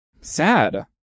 Sad